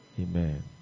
Amen